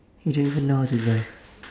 you don't even know how to drive